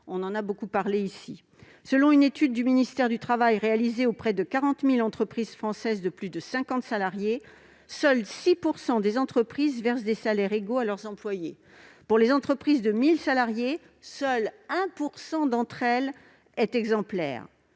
professionnelle. Selon une étude du ministère du travail réalisée auprès de 40 000 entreprises françaises de plus de cinquante salariés, seules 6 % des entreprises versent des salaires égaux à leurs employés ; pour les entreprises de 1 000 salariés, seules 1 % d'entre elles sont exemplaires.